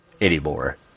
anymore